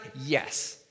yes